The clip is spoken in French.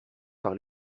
par